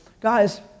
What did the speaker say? guys